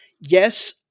yes